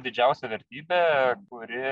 didžiausia vertybė kuri